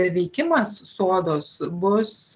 veikimas sodos bus